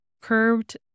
curved